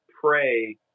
pray